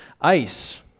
ice